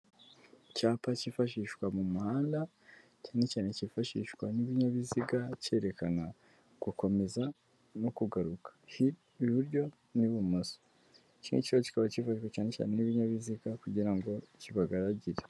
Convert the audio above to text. Icyapa cyifashishwa mu muhanda, cyane cyane cyifashishwa n'ibinyabiziga cyerekana gukomeza no kugaruka iburyo n'ibumoso, iki ngiki rero kikaba kifashishwa cyane cyane n'ibibinyabiziga kugira ngo kibagaragire.